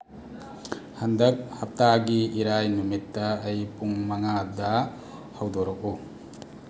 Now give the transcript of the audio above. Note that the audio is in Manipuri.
ꯍꯟꯗꯛ ꯍꯞꯇꯥꯒꯤ ꯏꯔꯥꯏ ꯅꯨꯃꯤꯠꯇ ꯑꯩ ꯄꯨꯡ ꯃꯉꯥꯗ ꯍꯧꯗꯣꯔꯛꯎ